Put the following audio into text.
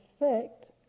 effect